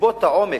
סיבות העומק,